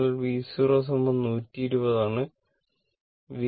അതിനാൽ V0 120 ആണ്